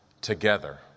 together